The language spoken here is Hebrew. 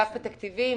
התקציבים,